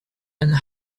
and